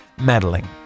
meddling